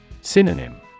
Synonym